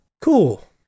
cool